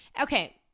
Okay